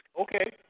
Okay